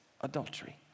adultery